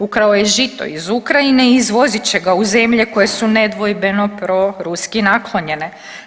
Ukrao je žito iz Ukrajine i izvozit će ga u zemlje koje su nedvojbeno pro ruski naklonjene.